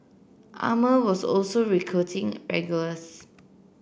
Armour was also recruiting regulars